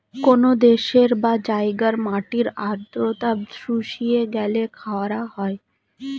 কোন দেশের বা জায়গার মাটির আর্দ্রতা শুষিয়ে গেলে খরা হয়